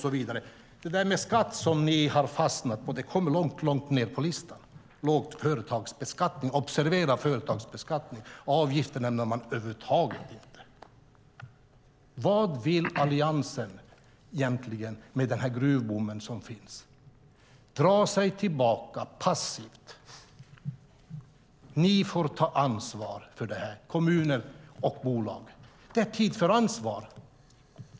Skatten som ni, Mats Odell, hakat upp er på kommer långt ned på listan, det vill säga låg företagsbeskattning - observera, företagsbeskattning. Avgifter nämns över huvud taget inte. Vad vill Alliansen egentligen med den gruvboom som finns - dra sig tillbaka passivt och låta kommuner och bolag ta ansvar för den? Det är tid för ansvar.